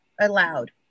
allowed